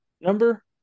number